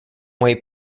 way